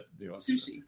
Sushi